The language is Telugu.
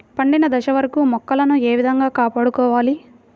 పండిన దశ వరకు మొక్కలను ఏ విధంగా కాపాడుకోవాలి?